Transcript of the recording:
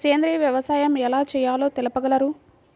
సేంద్రీయ వ్యవసాయం ఎలా చేయాలో తెలుపగలరు?